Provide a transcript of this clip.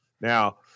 Now